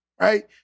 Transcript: right